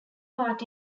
part